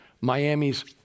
Miami's